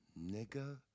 Nigga